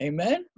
Amen